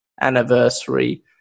anniversary